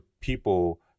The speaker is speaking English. people